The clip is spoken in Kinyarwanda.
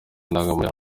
indangamuntu